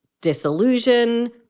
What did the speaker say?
disillusion